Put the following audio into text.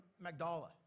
Magdala